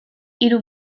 hiru